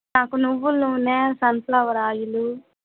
నాకు నువ్వుల నూనె సన్ఫ్లవర్ ఆయిలు